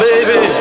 Baby